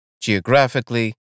Geographically